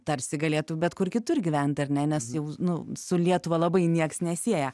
tarsi galėtų bet kur kitur gyvent ar ne nes jau nu su lietuva labai nieks nesieja